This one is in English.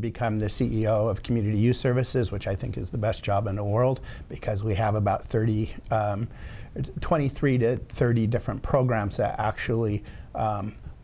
become the c e o of community use services which i think is the best job in the world because we have about thirty twenty three to thirty different programs that actually